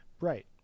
Right